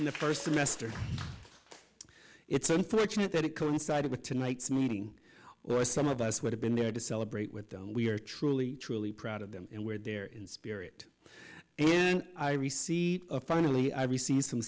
in the first semester it's unfortunate that it coincided with tonight's meeting or some of us would have been there to celebrate with them we are truly truly proud of them and we're there in spirit and i received a finally i received some